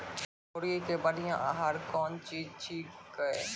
मुर्गी के बढ़िया आहार कौन चीज छै के?